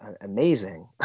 amazing